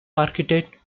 architect